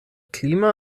klima